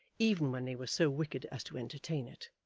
even when they were so wicked as to entertain it.